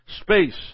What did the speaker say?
space